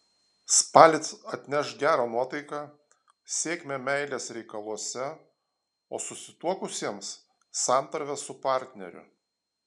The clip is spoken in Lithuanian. spalis atneš gerą nuotaiką sėkmę meilės reikaluose o susituokusiems santarvę su partneriu